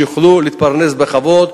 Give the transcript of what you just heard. שיוכלו להתפרנס בכבוד.